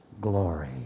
glory